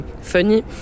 funny